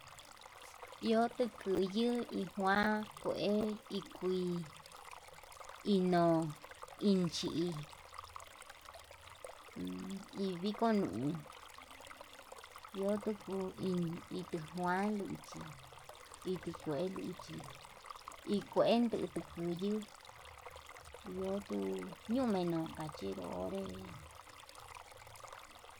Iho tikuyu ijuan kue ikuii ino inchi iviko nuu iho tuku itujuan luchi, ituu kue luchi iin kue lutu kuyuu iho ñuu menuu kachinró onré.